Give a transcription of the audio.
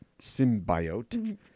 symbiote